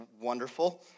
wonderful